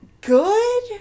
Good